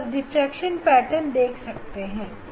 आप बस diffraction pattern देख सकते हैं